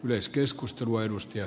arvoisa puhemies